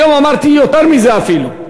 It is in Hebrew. היום אמרתי יותר מזה אפילו,